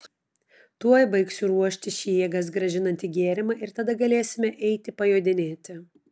tuoj baigsiu ruošti šį jėgas grąžinantį gėrimą ir tada galėsime eiti pajodinėti